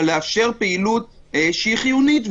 אבל לאפשר פעילות שהיא חיונית.